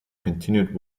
continued